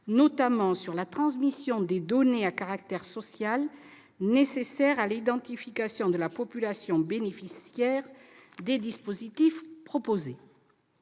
notamment sur la transmission des données à caractère social nécessaires à l'identification de la population bénéficiaire des dispositifs proposés.